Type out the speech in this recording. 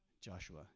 Joshua